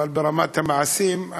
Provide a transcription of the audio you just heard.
אבל ברמת המעשים,